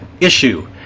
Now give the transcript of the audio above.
Issue